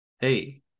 Hey